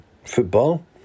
football